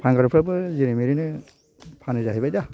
फानग्राफ्राबो जेरै मोरैनो फानो जाहैबाय दा